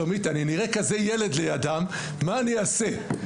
שלומית אני נראה כזה ילד שיודע מה אני אעשה.